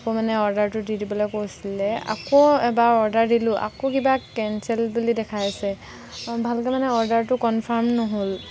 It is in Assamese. আকৌ মানে অৰ্ডাৰটো দি দিবলৈ কৈছিলে আকৌ এবাৰ অৰ্ডাৰ দিলোঁ আকৌ কিবা কেনঞ্চেল বুলি দেখাই আছে ভালকৈ মানে অৰ্ডাৰটো কনফাৰ্ম নহ'ল